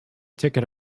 ticket